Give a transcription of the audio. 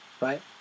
right